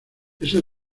ese